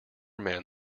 men